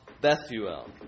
Bethuel